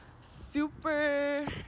super